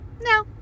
No